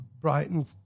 Brighton